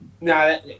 No